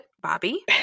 Bobby